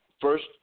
First